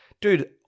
dude